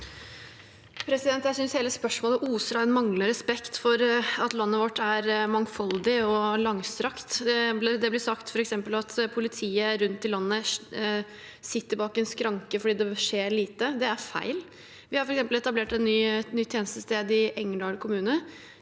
Jeg synes hele spørsmålet oser av en manglende respekt for at landet vårt er mangfoldig og langstrakt. Det blir f.eks. sagt at politiet rundt i landet sitter bak en skranke fordi det skjer lite. Det er feil. Vi har etablert et nytt tjenestested i Engerdal kommune.